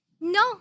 No